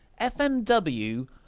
FMW